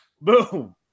boom